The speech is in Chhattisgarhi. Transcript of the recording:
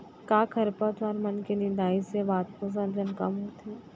का खरपतवार मन के निंदाई से वाष्पोत्सर्जन कम होथे?